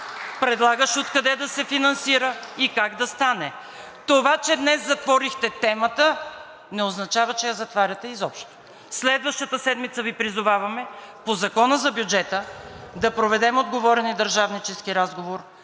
предлагаш откъде да се финансира и как да стане. Това, че днес затворихте темата, не означава, че я затваряте изобщо. Следващата седмица Ви призоваваме по Закона за бюджета да проведем отговорен и държавнически разговор